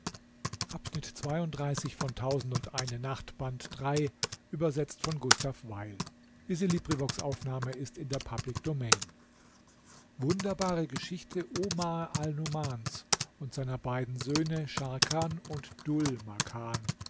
wunderbare geschichte omar alnumans und seiner beiden söhne